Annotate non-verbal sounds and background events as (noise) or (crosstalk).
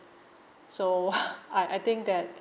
so (noise) I I think that